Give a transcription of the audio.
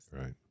Right